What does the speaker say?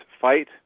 fight